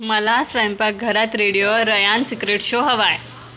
मला स्वयंपाक घरात रेडिओ रयान सिक्रेट शो हवा आहे